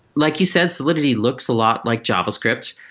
like you said, solidity looks a lot like javascript.